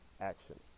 action